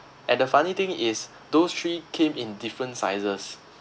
and the funny thing is those three came in different sizes